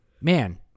Man